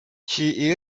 she